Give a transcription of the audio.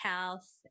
health